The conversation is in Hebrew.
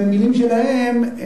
במלים שלהם,